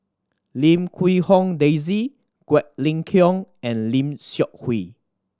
Lim Quee Hong Daisy Quek Ling Kiong and Lim Seok Hui